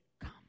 come